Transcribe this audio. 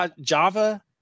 Java